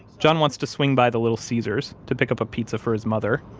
john wants to swing by the little caesars to pick up a pizza for his mother.